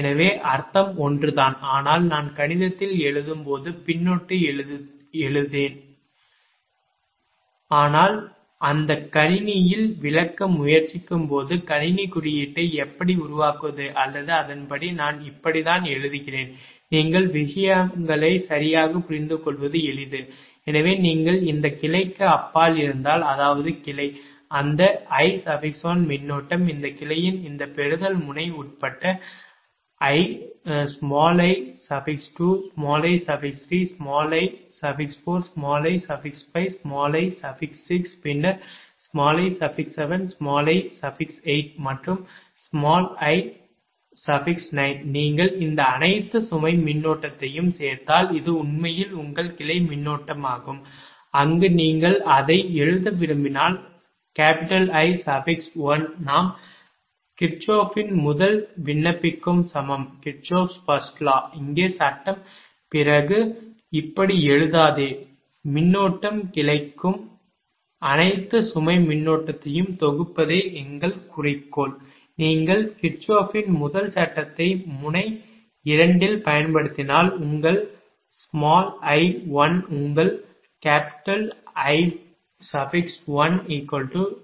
எனவே அர்த்தம் ஒன்றுதான் ஆனால் நான் கணிதத்தில் எழுதும் போது பின்னொட்டு எடுத்தேன் ஆனால் நான் அந்த கணினியில் விளக்க முயற்சிக்கும்போது கணினி குறியீட்டை எப்படி உருவாக்குவது அல்லது அதன்படி நான் இப்படித்தான் எழுதுகிறேன் நீங்கள் விஷயங்களை சரியாக புரிந்துகொள்வது எளிது எனவே நீங்கள் இந்த கிளைக்கு அப்பால் இருந்தால் அதாவது கிளை அந்த I1 மின்னோட்டம் இந்த கிளையின் இந்த பெறுதல் முனை உட்பட i2i3i4i5i6 பின்னர் i7i8 மற்றும் i9 நீங்கள் இந்த அனைத்து சுமை மின்னோட்டத்தையும் சேர்த்தால் இது உண்மையில் உங்கள் கிளை மின்னோட்டமாகும் அங்கு நீங்கள் அதை எழுத விரும்பினால் I1 நாம் கிர்ச்சாஃப்பின் முதல் விண்ணப்பிக்கும் சமம் Kirchhoffs first law இங்கே சட்டம் பிறகு இப்படி எழுதாதே மின்னோட்டம் கிளைக்கும் அனைத்து சுமை மின்னோட்டத்தையும் தொகுப்பதே எங்கள் குறிக்கோள் நீங்கள் கிர்ஷாப்பின் முதல் சட்டத்தை முனை 2 இல் பயன்படுத்தினால் உங்கள் i1 உங்கள் I1I2I6i2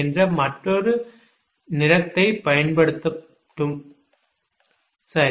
என்ற மற்றொரு நிறத்தைப் பயன்படுத்தட்டும் சரி